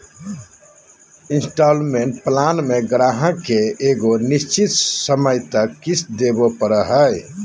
instalment plan मे गाहक के एगो निश्चित समय तक किश्त देवे पड़ो हय